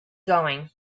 going